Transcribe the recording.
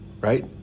right